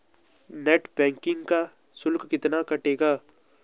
Net banking का शुल्क कितना कटेगा?